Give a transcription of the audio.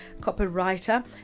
copywriter